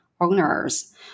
owners